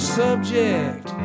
subject